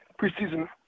preseason